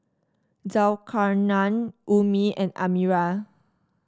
Zulkarnain Ummi and Amirah